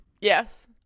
Yes